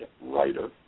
writer